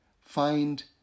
find